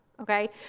Okay